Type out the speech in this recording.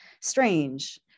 Strange